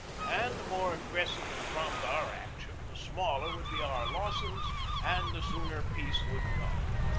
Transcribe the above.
and the more aggressive and prompt our action the smaller would be our losses and the sooner peace would come.